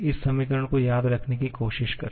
इस समीकरण को याद रखने की कोशिश करें